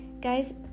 Guys